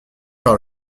par